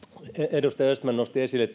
edustaja östman nosti esille